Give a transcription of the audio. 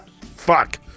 Fuck